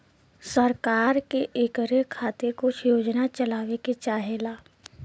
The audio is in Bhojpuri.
सरकार के इकरे खातिर कुछ योजना चलावे के चाहेला